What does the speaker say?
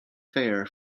fair